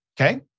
okay